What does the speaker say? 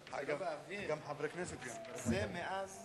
דרך אגב, היה צנע, שלא היה קל, אבל לא היו רעבים.